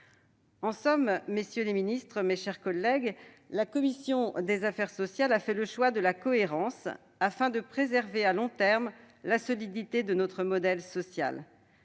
En somme, messieurs les ministres, mes chers collègues, la commission des affaires sociales a fait le choix de la cohérence, afin de préserver à long terme la solidité de notre modèle social.